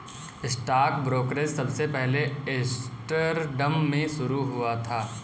stock brokerage सबसे पहले Amsterdam में शुरू हुआ था